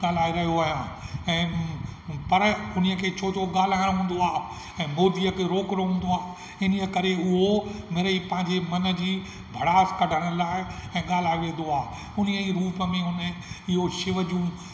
ॻाल्हाए रहियो आहियां ऐं पर उन्हीअ खे छो थो ॻाल्हाइणो हूंदो आहे ऐं मोदीअ खे रोकिणो हूंदो आहे इन्हीअ करे उहो मिड़ियोई पंहिंजे मन जी भड़ास कढण लाइ ऐं ॻाल्हाए वेंदो आहे उन्हीअ ई रूप में इहो शिव जूं